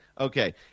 okay